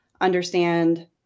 understand